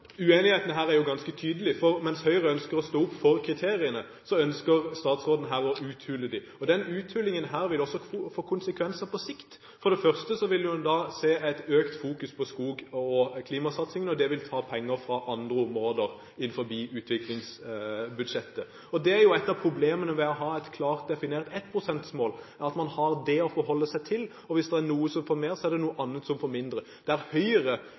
Uenigheten her er jo ganske tydelig, for mens Høyre ønsker å stå opp for kriteriene, ønsker statsråden å uthule dem. Denne uthulingen vil også få konsekvenser på sikt. For det første vil man da se økt fokusering på skog og klimasatsing, og det vil ta penger fra andre områder innenfor utviklingsbudsjettet. Det er et av problemene ved å ha et klart definert 1 pst.-mål, at man har det å forholde seg til, og hvis det er noe som får mer, er det noe annet som får mindre. Det Høyre